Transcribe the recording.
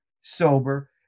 sober